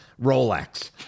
Rolex